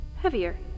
Heavier